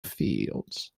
fields